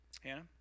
Hannah